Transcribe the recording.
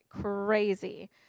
crazy